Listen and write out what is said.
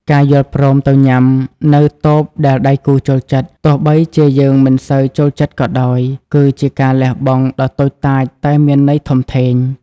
ការយល់ព្រមទៅញ៉ាំនៅតូបដែលដៃគូចូលចិត្ត ទោះបីជាយើងមិនសូវចូលចិត្តក៏ដោយ គឺជាការលះបង់ដ៏តូចតាចតែមានន័យធំធេង។